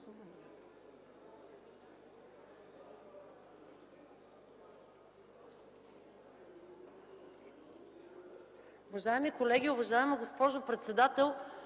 Уважаеми колеги, уважаема госпожо председател!